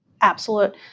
absolute